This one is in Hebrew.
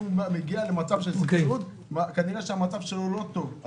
אם הוא מגיע למצב של סבסוד אז כנראה שהמצב שלו לא טוב,